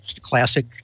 classic